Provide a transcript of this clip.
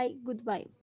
goodbye